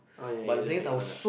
oh ya you have to pay for that